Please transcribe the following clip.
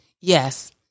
Yes